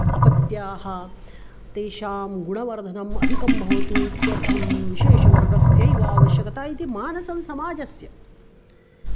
अपत्याः तेषां गुणवर्धनम् अधिकं भवतु इत्यर्थं विशेषवर्गस्यैव आवश्यकता इति मानसं समाजस्य